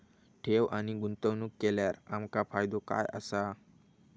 ठेव आणि गुंतवणूक केल्यार आमका फायदो काय आसा?